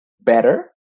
better